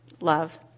Love